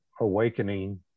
awakening